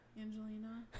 Angelina